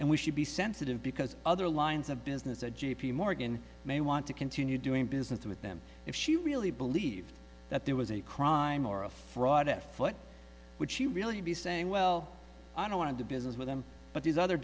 and we should be sensitive because other lines of business at j p morgan may want to continue doing business with them if she really believed that there was a crime or a fraud afoot would she really be saying well i don't want to do business with them but these other